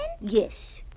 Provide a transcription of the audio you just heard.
Yes